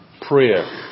prayer